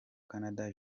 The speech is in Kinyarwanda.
canada